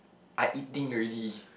I eating already